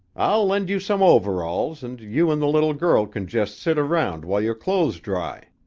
i'll lend you some overalls, and you and the little girl can just sit around while your clothes dry.